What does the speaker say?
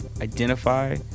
identify